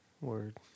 Word